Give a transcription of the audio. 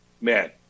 man